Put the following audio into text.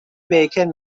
بیکن